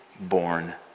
born